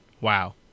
Wow